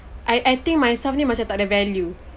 I I think myself ni macam takde value